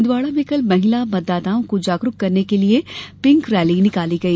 छिन्दवाड़ा में कल महिला मतदाताओं को जागरूक करने के लिए पिंक रैली निकाली गयी